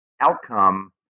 outcome